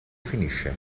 finisce